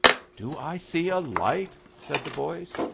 do i see a light? said the voice.